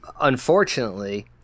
unfortunately